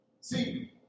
See